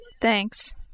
Thanks